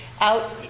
out